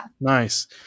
nice